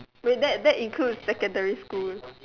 wait that that includes secondary school